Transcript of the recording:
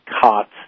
cots